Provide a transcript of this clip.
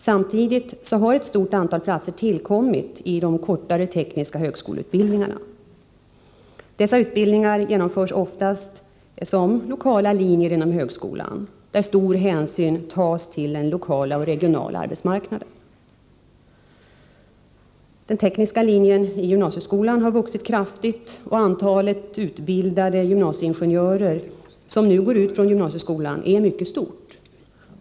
Samtidigt har ett stort antal platser tillkommit i de kortare tekniska utbildningarna. Dessa utbildningar genomförs oftast som lokala linjer inom högskolan, där stor hänsyn tas till den lokala och regionala arbetsmarknaden. Den tekniska linjen i gymnasieskolan har vuxit kraftigt, och antalet utbildade gymnasieingenjörer, som nu går ut från gymnasieskolan, är mycket stort.